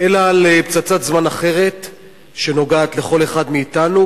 אלא על פצצת זמן אחרת שנוגעת לכל אחד מאתנו,